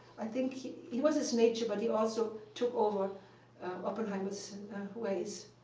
i think he he was this nature, but he also took over oppenheimer's ways.